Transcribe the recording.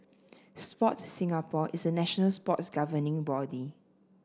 Sport Singapore is the national sports governing body